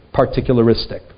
particularistic